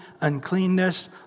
uncleanness